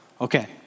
Okay